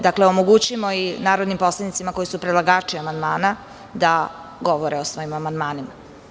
Dakle, omogućimo i narodnim poslanicima koji su predlagači amandmana da govore o svojim amandmanima.